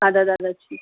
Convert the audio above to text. اَدٕ حظ اَدٕ حظ